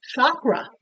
chakra